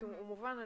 מובן.